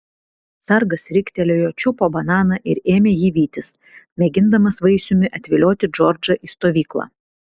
sargas riktelėjo čiupo bananą ir ėmė jį vytis mėgindamas vaisiumi atvilioti džordžą į stovyklą